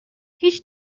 هیچ